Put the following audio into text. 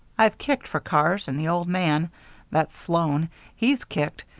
i've kicked for cars, and the old man that's sloan he's kicked,